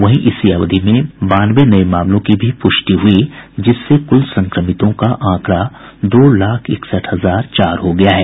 वहीं इसी अवधि में बानवे नये मामलों की भी पुष्टि हुई जिससे कुल संक्रमितों का आंकड़ा दो लाख इकसठ हजार चार हो गया है